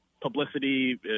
publicity